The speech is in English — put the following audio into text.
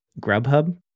Grubhub